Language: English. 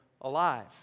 alive